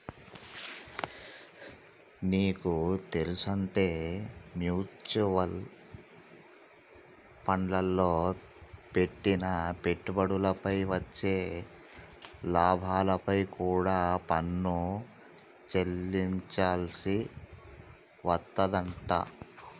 నీకు తెల్సుంటే మ్యూచవల్ ఫండ్లల్లో పెట్టిన పెట్టుబడిపై వచ్చే లాభాలపై కూడా పన్ను చెల్లించాల్సి వత్తదంట